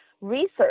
research